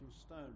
stone